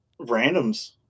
randoms